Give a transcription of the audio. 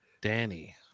Danny